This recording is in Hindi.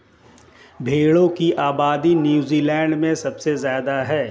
भेड़ों की आबादी नूज़ीलैण्ड में सबसे ज्यादा है